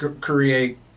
create